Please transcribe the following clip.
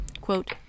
quote